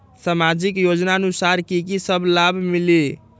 समाजिक योजनानुसार कि कि सब लाब मिलीला?